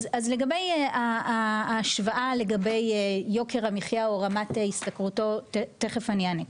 אז לגבי ההשוואה לגבי יוקר המחיה או רמת השתכרותו תכף אני אענה.